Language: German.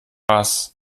was